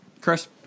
Chris